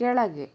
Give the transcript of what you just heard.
ಕೆಳಗೆ